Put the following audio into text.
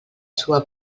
seua